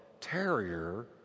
terrier